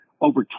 over